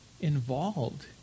involved